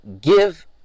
give